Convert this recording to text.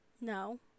No